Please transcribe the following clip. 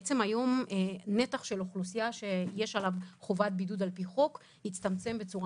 נתח האוכלוסייה שיש עליו חובת בידוד על פי חוק הצטמצם היום בצורה